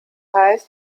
heißt